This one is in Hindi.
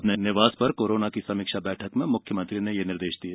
अपने निवास पर कोरोना की समीक्षा बैठक में मुख्यमंत्री ने यह निर्देश दिए